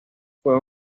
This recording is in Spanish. fue